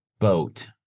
boat